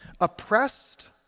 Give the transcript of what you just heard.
oppressed